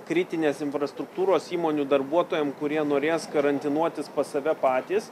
kritinės infrastruktūros įmonių darbuotojam kurie norės karantinuotis pas save patys